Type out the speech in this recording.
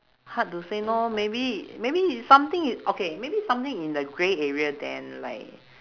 hard to say no maybe maybe if something okay maybe something in the grey area then like